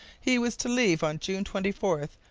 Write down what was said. he was to leave on june twenty four.